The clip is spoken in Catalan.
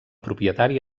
propietari